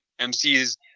MCs